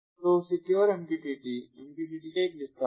तो secure MQTT MQTT का एक विस्तार है